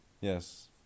yes